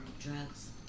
drugs